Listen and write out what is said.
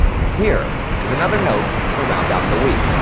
and here is another note to round out the week.